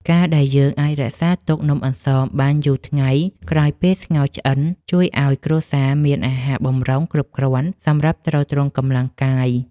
ការដែលយើងអាចរក្សាទុកនំអន្សមបានយូរថ្ងៃក្រោយពេលស្ងោរឆ្អិនជួយឱ្យគ្រួសារមានអាហារបម្រុងគ្រប់គ្រាន់សម្រាប់ទ្រទ្រង់កម្លាំងកាយ។